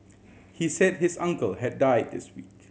he said his uncle had died this week